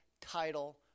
title